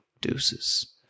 Deuces